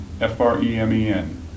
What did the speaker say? F-R-E-M-E-N